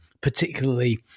particularly